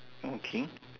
okay